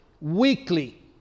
weekly